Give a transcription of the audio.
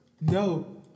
No